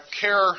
care